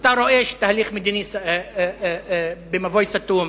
אתה רואה תהליך מדיני במבוי סתום,